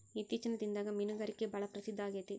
ಇತ್ತೇಚಿನ ದಿನದಾಗ ಮೇನುಗಾರಿಕೆ ಭಾಳ ಪ್ರಸಿದ್ದ ಆಗೇತಿ